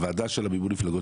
הוועדה של מימון המפלגות,